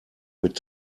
mit